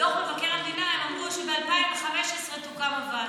ובדוח מבקר המדינה הם אמרו שב-2015 תוקם הוועדה.